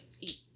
eat